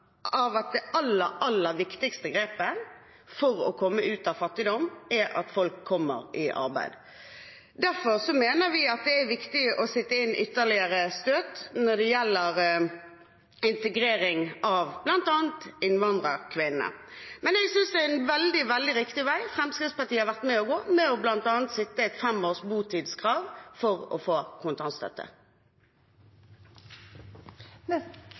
av det aller, aller viktigste grepet for å komme ut av fattigdom: at folk kommer i arbeid. Derfor mener vi at det er viktig å sette inn ytterligere støt når det gjelder integrering av bl.a. innvandrerkvinner. Men jeg synes det er en veldig riktig vei Fremskrittspartiet har vært med på å gå med bl.a. å sette et femårs botidskrav for å få kontantstøtte.